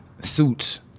suits